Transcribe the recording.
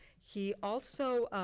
he also